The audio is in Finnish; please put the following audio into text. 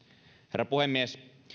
herra puhemies